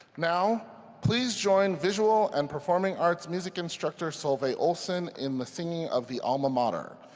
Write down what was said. now please join visual and performing arts music instructor solveig olsen in the singing of the alma mater.